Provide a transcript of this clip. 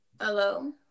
hello